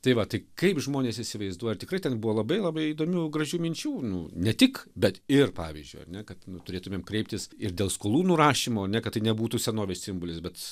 tai va tai kaip žmonės įsivaizduoja tikrai ten buvo labai labai įdomių gražių minčių nu ne tik bet ir pavyzdžiui ar ne kad nu turėtumėm kreiptis ir dėl skolų nurašymo ne kad tai nebūtų senovės simbolis bet